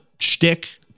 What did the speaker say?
shtick